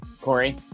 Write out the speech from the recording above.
Corey